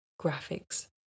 graphics